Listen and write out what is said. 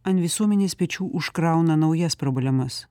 ant visuomenės pečių užkrauna naujas problemas